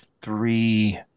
three